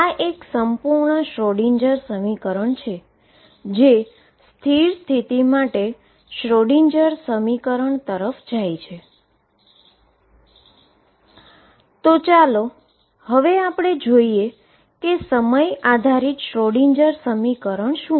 આ એક સંપૂર્ણ શ્રોડિંજર સમીકરણ છે જે સ્ટેશનરી સ્ટેટ માટે શ્રોડિંજર સમીકરણ તરફ જાય છે તો ચાલો હવે જોઈએ કે સમય આધારિત શ્રોડિંજર સમીકરણ શું છે